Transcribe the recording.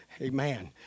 Amen